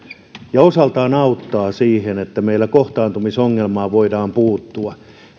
ja osaltaan auttaa siinä että meillä kohtaanto ongelmaan voidaan puuttua